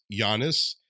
Giannis